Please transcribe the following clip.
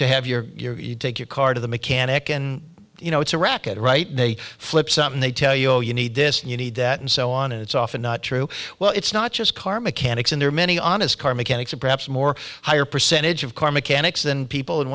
to have your you take your car to the mechanic and you know it's a rocket right they flip something they tell you oh you need this and you need that and so on and it's often not true well it's not just car mechanics and there are many honest car mechanics or perhaps more higher percentage of car mechanics than people in